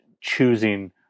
choosing